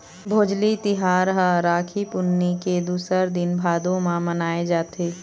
भोजली तिहार ह राखी पुन्नी के दूसर दिन भादो म मनाए जाथे